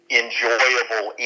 enjoyable